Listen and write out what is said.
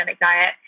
diet